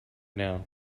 now